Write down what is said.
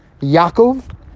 Yaakov